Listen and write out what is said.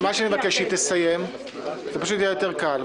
מה שאני מבקש, כשהיא תסיים, זה פשוט יהיה יותר קל.